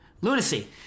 Lunacy